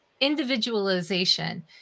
individualization